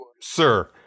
Sir